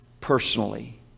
personally